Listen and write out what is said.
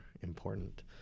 important